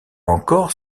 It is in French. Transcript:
encore